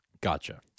Gotcha